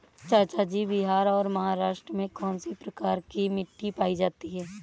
चाचा जी बिहार और महाराष्ट्र में कौन सी प्रकार की मिट्टी पाई जाती है?